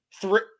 three